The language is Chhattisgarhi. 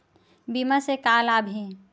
बीमा से का लाभ हे?